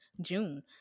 June